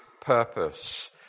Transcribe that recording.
purpose